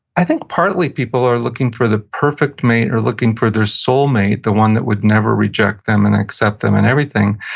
i think partly people are looking for the perfect mate, or looking for their soulmate, the one that would never reject them and accept them and everything.